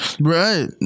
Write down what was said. right